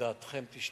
דעתכם תשתנה,